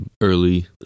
early